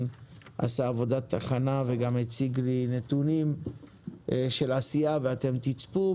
עשה עבודת הכנה וגם הציג לי נתונים של עשייה ואתם תצפו,